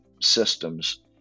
systems